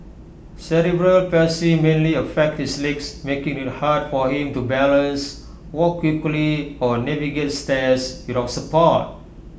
cerebral palsy mainly affects his legs making IT hard for him to balance walk quickly or navigate stairs without support